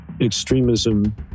extremism